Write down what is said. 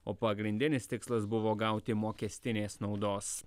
o pagrindinis tikslas buvo gauti mokestinės naudos